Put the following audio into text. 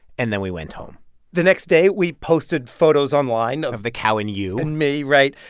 and then we went home the next day, we posted photos online of. of the cow and you and me, right.